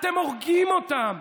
אתם הורגים אותם,